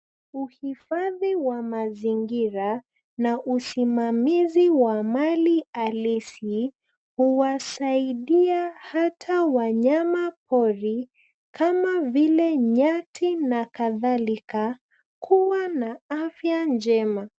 Uhifadhi wa mazingira na usimamizi wa mali halisi huwasaidia hata wanyamapori kama vile nyati na kadhalika kuwa na afya njema.